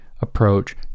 approach